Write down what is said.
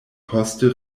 poste